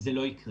זה לא יקרה.